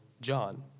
John